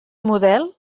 model